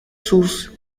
sources